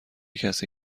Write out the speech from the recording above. کسی